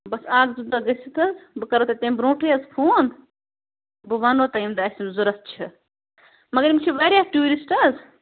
بَس اَکھ زٕ دۄہ گژھِتھ حظ بہٕ کَرو تۄہہِ تیٚمۍ برٛونٛٹھٕے حظ فون بہٕ وَنو تۄہہِ ییٚمۍ دۄہ اَسہِ یِم ضوٚرَتھ چھِ مگر یِم چھِ واریاہ ٹیوٗرِسٹ حظ